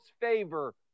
favor